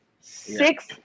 six